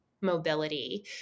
mobility